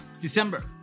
December